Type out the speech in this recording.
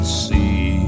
see